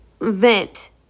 vent